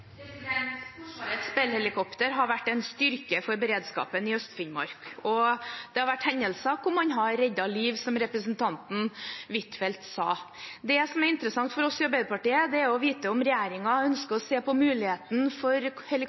har vært en styrke for beredskapen i Øst-Finnmark, og det har vært hendelser der man har reddet liv, som representanten Huitfeldt sa. Det som er interessant for oss i Arbeiderpartiet, er å vite om regjeringen ønsker å se på muligheten for